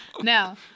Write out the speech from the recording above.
Now